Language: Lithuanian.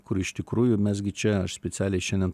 kur iš tikrųjų mes gi čia aš specialiai šiandien